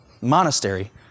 monastery